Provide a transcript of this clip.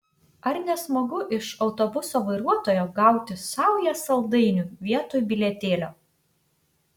ar ne smagu iš autobuso vairuotojo gauti saują saldainių vietoj bilietėlio